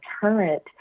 current